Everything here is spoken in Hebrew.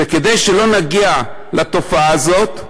וכדי שלא נגיע לתופעה הזאת,